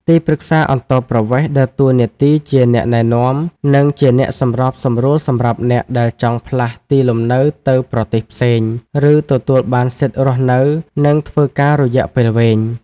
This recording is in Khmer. ទីប្រឹក្សាអន្តោប្រវេសន៍ ដើរតួនាទីជាអ្នកណែនាំ និងជាអ្នកសម្របសម្រួលសម្រាប់អ្នកដែលចង់ផ្លាស់ទីលំនៅទៅប្រទេសផ្សេង ឬទទួលបានសិទ្ធិរស់នៅ និងធ្វើការរយៈពេលវែង។